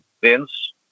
Vince